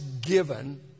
given